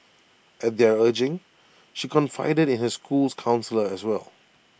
at their urging she confided in her school's counsellor as well